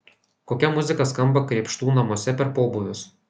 kokia muzika skamba krėpštų namuose per pobūvius